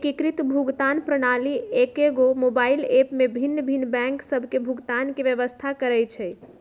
एकीकृत भुगतान प्रणाली एकेगो मोबाइल ऐप में भिन्न भिन्न बैंक सभ के भुगतान के व्यवस्था करइ छइ